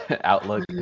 outlook